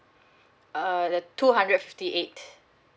uh the two hundred fifty eight